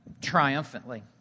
triumphantly